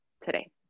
today